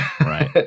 Right